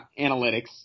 analytics